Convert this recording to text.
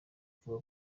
bavuga